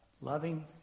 Loving